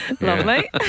lovely